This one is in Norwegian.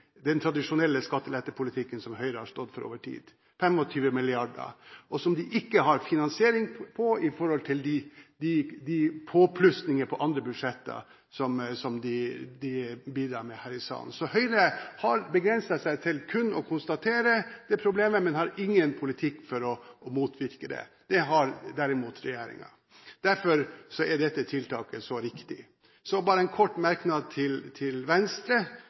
den tradisjonelle skattelettepolitikken som Høyre har stått for over tid. 25 mrd. kr har de ikke har finansiering for – ut fra de påplussinger på andre budsjetter som de bidrar med her i salen. Høyre har begrenset seg til kun å konstatere dette problemet, men har ingen politikk for å motvirke det. Det har derimot regjeringen. Derfor er dette tiltaket så riktig. Bare en kort merknad til Venstre, som markerer seg med en kritisk merknad til